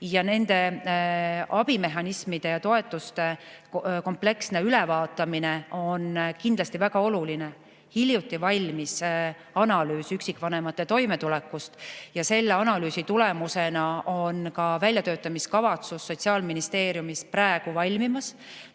Nende abimehhanismide ja toetuste kompleksne ülevaatamine on kindlasti väga oluline. Hiljuti valmis analüüs üksikvanemate toimetuleku kohta. Selle analüüsi tulemusena on ka väljatöötamiskavatsus Sotsiaalministeeriumis praegu valmimas.